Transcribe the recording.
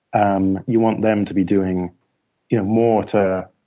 um you want them to be doing you know more to